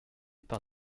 par